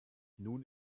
nun